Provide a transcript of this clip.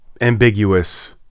ambiguous